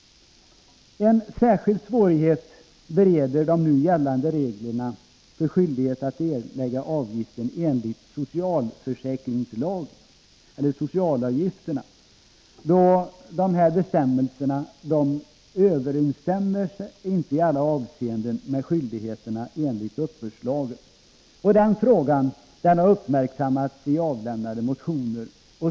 En särskild svårighet bereder de nu gällande reglerna för skyldighet att erlägga avgifter enligt lagen om socialavgifter, då dessa regler inte i alla avseenden överensstämmer med skyldigheterna enligt uppbördslagen. Denna fråga har uppmärksammats i avlämnade motioner.